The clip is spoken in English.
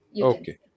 Okay